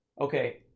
Okay